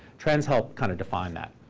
trends help kind of define that.